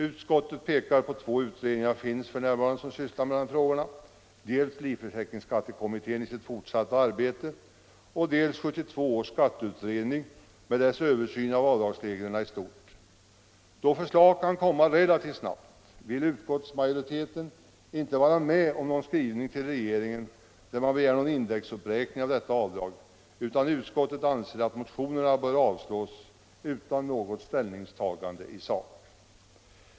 Utskottet pekar på att två utredningar f. n. sysslar med dessa frågor, dels livförsäkringsskattekommittén i sitt fortsatta arbete, dels 1972 års skatteutredning med dess översyn av avdragsreglerna i stort. Då förslag kan komma att framläggas relativt snabbt vill utskottsmajoriteten inte vara med om någon skrivning till regeringen med begäran om indexuppräkning av detta avdrag, utan utskottet anser att motionerna bör avslås utan något ställningstagande i sak.